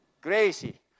Gracie